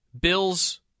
Bills